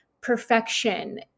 perfection